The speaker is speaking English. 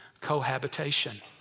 cohabitation